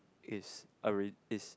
is alrea~ is